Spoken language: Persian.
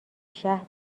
شهر